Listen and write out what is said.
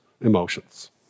emotions